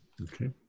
Okay